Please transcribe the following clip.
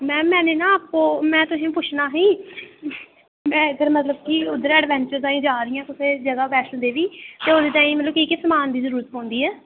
ma'am मैनें ना आपको में तुसेंगी पुच्छना ही में मतलब की एडवेंचर आस्तै जा करनी आं वैष्णो देवीओह्दे ताहीं मतलब केह् केह् समान दी जरूरत पौंदी ऐ